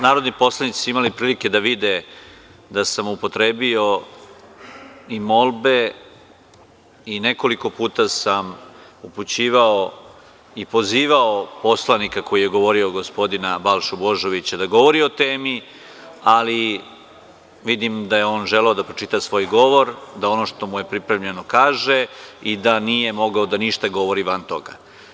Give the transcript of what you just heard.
Narodni poslanici su imali prilike da vide da sam upotrebio i molbe i nekoliko puta sam upućivao i pozivao poslanika koji je govorio, gospodina Balšu Božovića da govori o temi, ali vidim da je on želeo da pročita svoj govor, da ono što mu je pripremljeno kaže i da nije mogao ništa da govori van toga.